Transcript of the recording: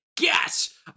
Yes